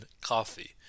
coffee